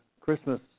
christmas